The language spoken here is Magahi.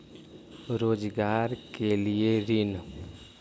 रोजगार के लिए ऋण?